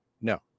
No